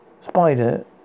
spider